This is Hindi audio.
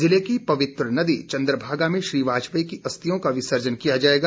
जिले की पवित्र नदी चंद्रभागा में श्री वाजपेयी की अरिथयों का विसर्जन किया जाएगा